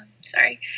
sorry